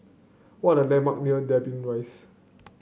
what are the landmark near Dobbie Rise